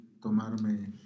tomarme